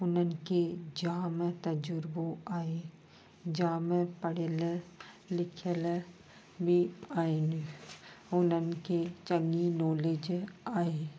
उन्हनि खे जाम तज़ुर्बो आहे जाम पढ़ियल लिखियल बि आहिनि उन्हनि खे चङी नॉलिज आहे